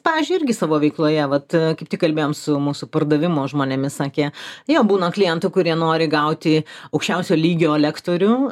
pavyzdžiui irgi savo veikloje vat kaip tik kalbėjom su mūsų pardavimo žmonėmis sakė jo būna klientų kurie nori gauti aukščiausio lygio lektorių